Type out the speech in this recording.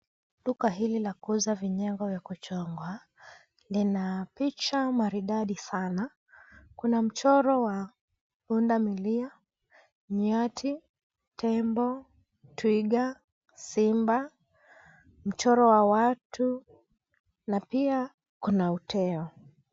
Duka hili lakuuza vinyago ya kuchongwa lina picha maridadi sana kuna mchoro wa pundamilia , nyati, tembo , twiga, simba , mchoro wa watu na pia kuna uteo .